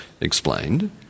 explained